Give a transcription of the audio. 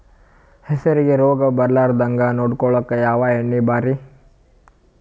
ಹೆಸರಿಗಿ ರೋಗ ಬರಲಾರದಂಗ ನೊಡಕೊಳುಕ ಯಾವ ಎಣ್ಣಿ ಭಾರಿ?